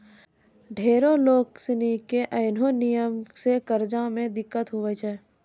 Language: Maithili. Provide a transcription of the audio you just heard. ढेरो लोग सनी के ऐन्हो नियम से कर्जा मे दिक्कत हुवै छै